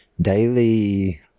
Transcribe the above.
daily